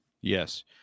Yes